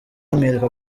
amwereka